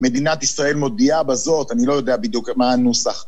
מדינת ישראל מודיעה בזאת, אני לא יודע בדיוק מה הנוסח.